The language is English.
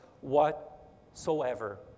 whatsoever